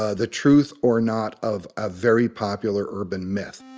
ah the truth or not of a very popular urban myth